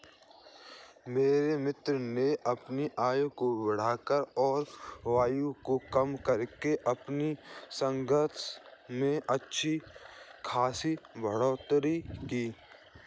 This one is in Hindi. मेरे मित्र ने अपने आय को बढ़ाकर और व्यय को कम करके अपनी सेविंग्स में अच्छा खासी बढ़ोत्तरी की